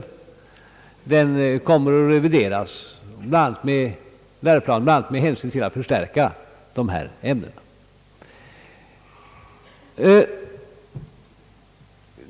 Läroplanen kommer att revideras bl.a. med hänsyn till att förstärka dessa ämnen.